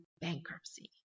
bankruptcy